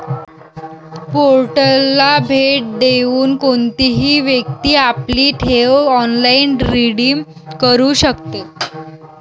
पोर्टलला भेट देऊन कोणतीही व्यक्ती आपली ठेव ऑनलाइन रिडीम करू शकते